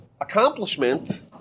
accomplishment